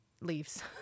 leaves